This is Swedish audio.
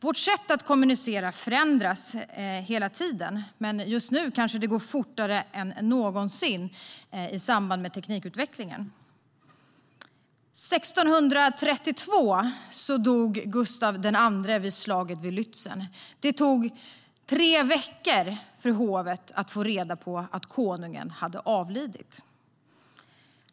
Vårt sätt att kommunicera förändras hela tiden. Just nu kanske det går fortare än någonsin, i samband med teknikutvecklingen. År 1632 dog Gustav II Adolf vid slaget vid Lützen. Det tog tre veckor för hovet att få reda på att konungen hade avlidit.